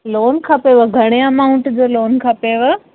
loan खपेव घणे amount जो लोन खपेव